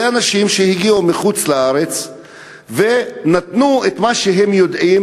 אנשים שהגיעו מחוץ-לארץ ונתנו את מה שהם יודעים,